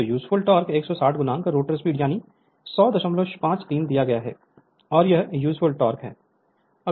तो useful torque 160 rotor speed यानी 10053 दिया गया है और यह यूजफुल टॉर्क है